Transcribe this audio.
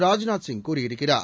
ராஜ்நாத்சிங் கூறியிருக்கிறார்